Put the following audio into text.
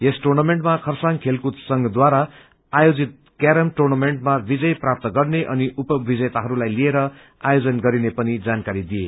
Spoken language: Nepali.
यस टुर्नामेन्टमा खरसाङ खेलकूद संघट्वारा आयोजित कैरम टुर्नामेन्टमा विजयी प्राप्त गर्ने अनि उप विजेताहरूलाई लिएर आयोजन गर्ने पनि जानकारी दिए